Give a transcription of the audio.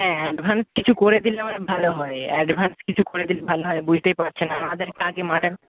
হ্যাঁ অ্যাডভান্স কিছু করে দিলে মানে ভালো হয় অ্যাডভান্স কিছু করে দিলে ভালো হয় বুঝতেই পারছেন আমাদের কাছে মাটন